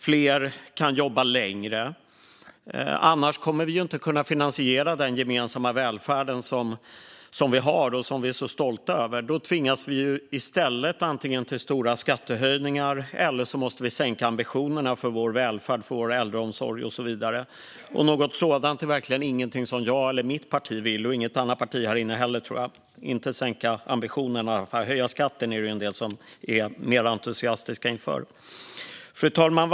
Fler kan jobba längre. Annars kommer vi inte att kunna finansiera den gemensamma välfärden som vi är så stolta över, och då tvingas vi i stället till antingen stora skattehöjningar eller att sänka ambitionerna för välfärden, äldreomsorgen och så vidare. Något sådant är verkligen inte något som jag, mitt parti eller något annat parti vill. Det gäller i alla fall att inte sänka ambitionen; några är mer entusiastiska inför att höja skatten. Fru talman!